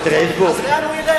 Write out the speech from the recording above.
לאן הוא ילך?